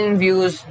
views